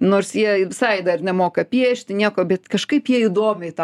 nors jie visai dar nemoka piešti nieko bet kažkaip jie įdomiai tą pa